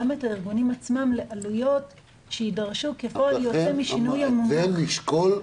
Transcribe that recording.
הארגונים לעלויות שיידרשו כפועל יוצא משינוי המונח.